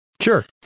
Sure